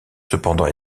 cependant